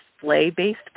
display-based